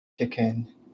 chicken